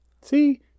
See